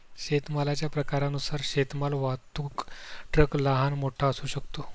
शेतमालाच्या प्रकारानुसार शेतमाल वाहतूक ट्रक लहान, मोठा असू शकतो